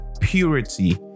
purity